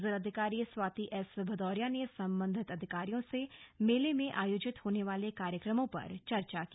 जिलाधिकारी स्वाति एस भदौरिया ने संबधित अधिकारियों से मेले में आयोजित होने वाले कार्यक्रमों पर चर्चा की